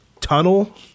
tunnel